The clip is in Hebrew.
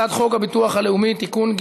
הצעת חוק הביטוח הלאומי (תיקון,